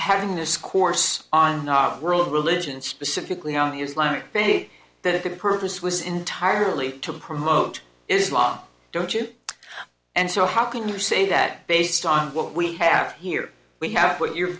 having discourse on world religion specifically on the islamic faith that the purpose was entirely to promote is wrong don't you and so how can you say that based on what we have here we have what you'